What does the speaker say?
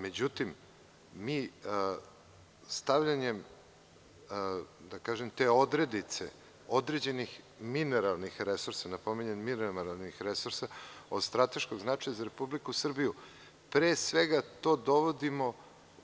Međutim, mi stavljanjem te odrednice određenih mineralnih resursa, napominjem mineralnih resursa od strateškog značaja za Republiku Srbiju, pre svega, to dovodimo